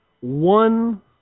one